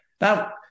Now